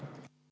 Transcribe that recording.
Kõik